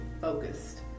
focused